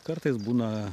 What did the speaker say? kartais būna